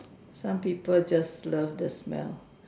some people just love the smell